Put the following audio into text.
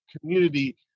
community